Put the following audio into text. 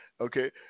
Okay